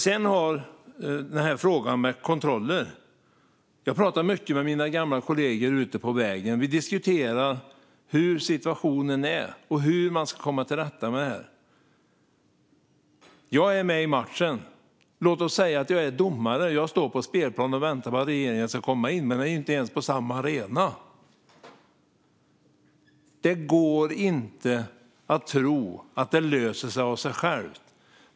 Sedan har vi frågan om kontroller. Jag pratar mycket med mina gamla kollegor ute på vägen. Vi diskuterar hur situationen är och hur man ska komma till rätta med detta. Jag är med i matchen. Låt oss säga att jag är domare. Jag står på spelplanen och väntar på att regeringen ska komma in, men ni är inte ens på samma arena. Det går inte att tro att det löser sig av sig självt.